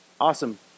awesome